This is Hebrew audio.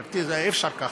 גברתי, זה אי-אפשר ככה.